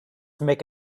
make